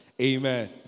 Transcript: Amen